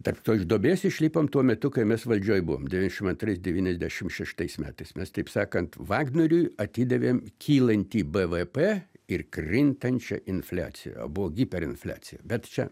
tarp tos duobės išlipom tuo metu kai mes valdžioj buvom devynšim antrais devyniasdešim šeštais metais mes taip sakant vagnoriui atidavėm kylantį bvp ir krintančią infliaciją o buvo hyper infliacija bet čia